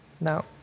no